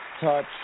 touch